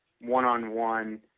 one-on-one